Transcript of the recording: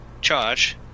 charge